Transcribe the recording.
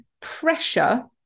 pressure